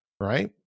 right